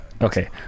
okay